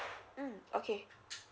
mm okay